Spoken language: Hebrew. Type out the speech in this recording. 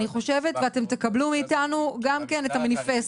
ואתם תקבלו מאתנו גם כן את המיניפסט.